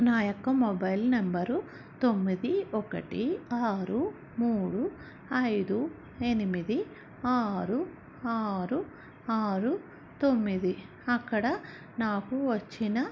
నా యొక్క mobile number తొమ్మిది ఒకటి ఆరు మూడు ఐదు ఎనిమిది ఆరు ఆరు ఆరు తొమ్మిది అక్కడ నాకు వచ్చిన